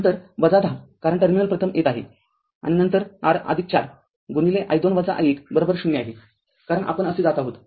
नंतर १० कारण टर्मिनल प्रथम येत आहे नंतर r ४ गुणिले i२ i१० आहे कारण आपण असे जात आहोत